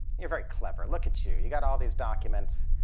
you're very clever. look at you. you've got all these documents.